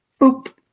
boop